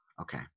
Okay